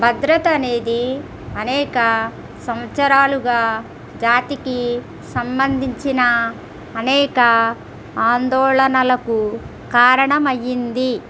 భద్రత అనేది అనేక సంవత్సరాలుగా జాతికి సంబంధించిన అనేక ఆందోళనలకు కారణమైంది